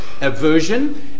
aversion